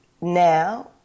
now